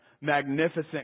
magnificent